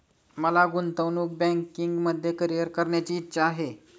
मला गुंतवणूक बँकिंगमध्ये करीअर करण्याची इच्छा आहे